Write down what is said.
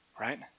right